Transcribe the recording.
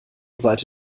seite